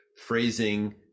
phrasing